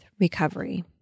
Recovery